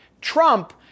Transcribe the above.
Trump